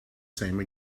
same